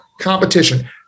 competition